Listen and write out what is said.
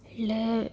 એટલે